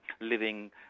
living